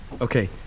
okay